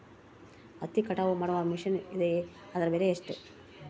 ಹತ್ತಿ ಕಟಾವು ಮಾಡುವ ಮಿಷನ್ ಇದೆಯೇ ಅದರ ಬೆಲೆ ಎಷ್ಟು?